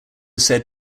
said